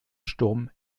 sturm